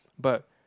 but